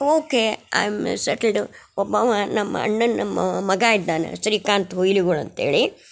okay I am settled ಒಬ್ಬವ ನಮ್ಮಣ್ಣನ ಮಗ ಇದ್ದಾನೆ ಶ್ರೀಕಾಂತ್ ಉಯ್ಲಿಗೋಳ್ ಅಂತೇಳಿ